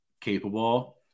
capable